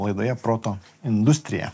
laidoje proto industrija